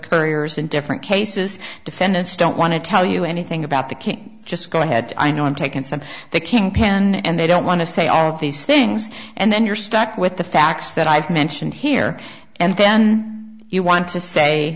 couriers in different cases defendants don't want to tell you anything about the can't just go ahead i know i'm taken some the kingpin and they don't want to say all of these things and then you're stuck with the facts that i've mentioned here and then you want to say